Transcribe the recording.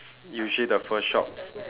usually the first shop